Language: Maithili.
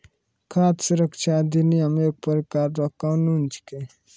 खाद सुरक्षा अधिनियम एक प्रकार रो कानून छिकै